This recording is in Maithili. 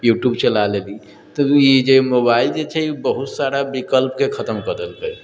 यु ट्यूब चला लेली तऽ ई जे मोबाइल जे छै बहुत सारा विकल्पके एकदम खतम कर देलकै